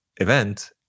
event